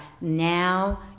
now